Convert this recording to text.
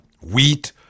Wheat